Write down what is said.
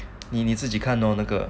你你自己看到那个